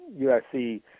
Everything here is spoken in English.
USC